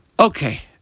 Okay